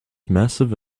massive